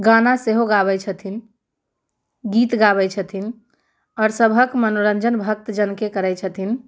गाना सेहो गाबैत छथिन गीत गाबैत छथिन आओर सभहक मनोरञ्जन भक्त जनके करैत छथिन